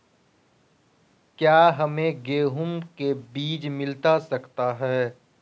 क्या हमे गेंहू के बीज मिलता सकता है?